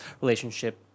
relationship